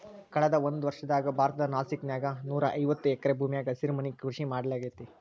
ಕಳದ ಒಂದ್ವರ್ಷದಾಗ ಭಾರತದ ನಾಸಿಕ್ ನ್ಯಾಗ ನೂರಾಐವತ್ತ ಎಕರೆ ಭೂಮ್ಯಾಗ ಹಸಿರುಮನಿ ಕೃಷಿ ಮಾಡ್ಲಾಗೇತಿ